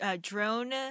drone